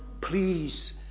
please